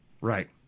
Right